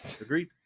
Agreed